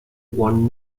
won